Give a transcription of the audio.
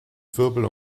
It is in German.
wirbel